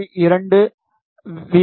2 we